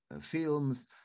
films